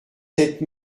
sept